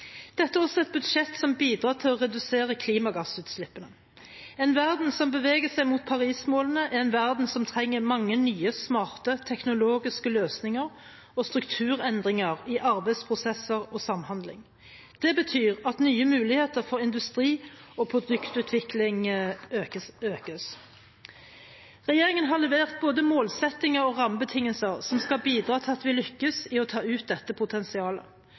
Dette er også et budsjett som bidrar til å redusere klimagassutslippene. En verden som beveger seg mot Paris-målene, er en verden som trenger mange nye, smarte teknologiske løsninger og strukturendringer i arbeidsprosesser og samhandling. Det betyr at nye muligheter for industri og produktutvikling økes. Regjeringen har levert både målsettinger og rammebetingelser som skal bidra til at vi lykkes i å ta ut dette potensialet.